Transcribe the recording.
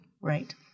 Right